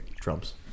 Trump's